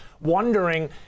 wondering